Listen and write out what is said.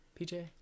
pj